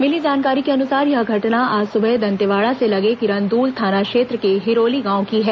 मिली जानकारी के अनुसार यह घटना आज सुबह दंतेवाड़ा से लगे किरंदुल थाना क्षेत्र के हिरोली गांव की है